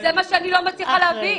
זה מה שאני לא מצליחה להבין.